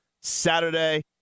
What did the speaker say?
Saturday